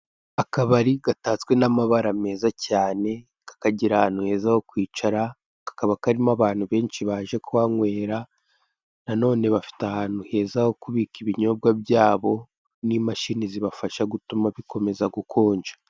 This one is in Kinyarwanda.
Akabari gatatswe n'amabara meza cyane, kakagira ahantu heza ho kwicara, kakaba karimo abantu benshi baje kuhanywera nanone bafite ahantu heza ho kubika ibinyobwa byabo n'imashini zibafasha gutuma bikomeza gukonja.